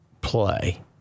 play